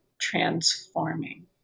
transforming